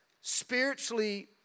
spiritually